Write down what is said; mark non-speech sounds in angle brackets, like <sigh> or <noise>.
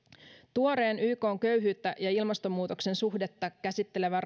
tuoreen ykn köyhyyden ja ilmastonmuutoksen suhdetta käsittelevän <unintelligible>